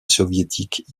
soviétiques